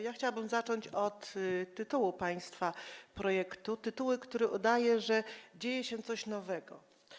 Ja chciałabym zacząć od tytułu państwa projektu, tytułu, który udaje, że dzieje się coś nowego.